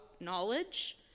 knowledge